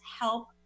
help